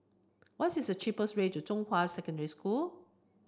what is the cheapest way to Zhonghua Secondary School